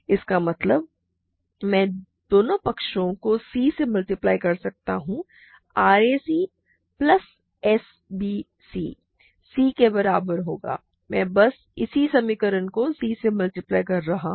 इसका मतलब है मैं दोनों पक्षों को c से मल्टीप्लाई कर सकता हूँ rac प्लस sbc c के बराबर होगा मैं बस इस समीकरण को c से मल्टीप्लाई कर रहा हूं